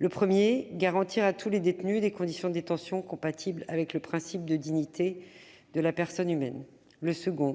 le premier est de garantir à tous les détenus des conditions de détention compatibles avec le principe de dignité de la personne humaine ; le second est